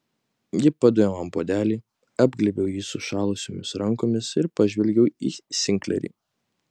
ji padavė man puodelį apglėbiau jį sušalusiomis rankomis ir pažvelgiau į sinklerį